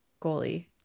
goalie